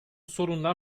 sorunlar